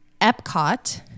Epcot